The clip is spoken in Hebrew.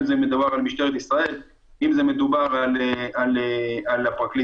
אם זה מדובר על משטרת ישראל,